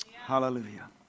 Hallelujah